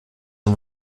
are